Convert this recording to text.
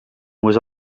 was